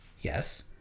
Yes